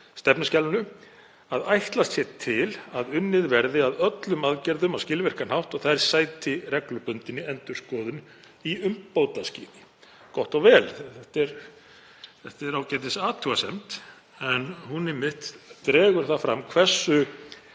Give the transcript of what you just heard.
stefnuskjalinu að ætlast sé til að unnið verði að öllum aðgerðunum á skilvirkan hátt og þær sæti reglubundinni endurskoðun í umbótaskyni.“ Gott og vel, þetta er ágætisathugasemd en hún einmitt dregur það fram hversu